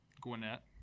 Gwinnett